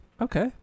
Okay